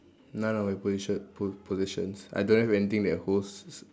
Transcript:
none of my position po~ possession I don't have anything that holds